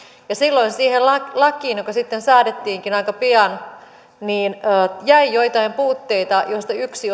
ja silloin siihen lakiin joka sitten säädettiinkin aika pian jäi joitain puutteita joista yksi